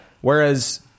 whereas